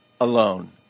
alone